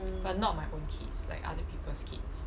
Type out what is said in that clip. but not my own kids like other people's kids